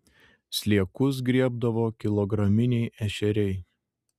sliekus griebdavo kilograminiai ešeriai